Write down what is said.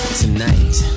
Tonight